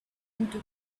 into